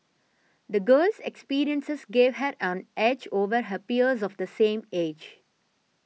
the girl's experiences gave her an edge over her peers of the same age